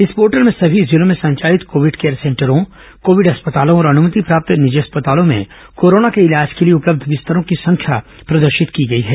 इस पोर्टल में सभी जिलों में संचालित कोविड केयर सेंटरों कोविड अस्पतालों और अनुमति प्राप्त निजी अस्पतालों में कोरोना के इलाज के लिए उपलब्ध बिस्तरों की संख्या प्रदर्शित की गई है